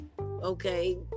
okay